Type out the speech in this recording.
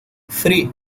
three